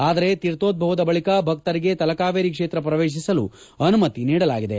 ಆದರೆ ತೀರ್ಥೋಧ್ವವದ ಬಳಿಕ ಭಕ್ತರಿಗೆ ತಲಕಾವೇರಿ ಕ್ಷೇತ್ರ ಪ್ರವೇಶಿಸಲು ಅನುಮತಿ ನೀಡಲಾಗಿದೆ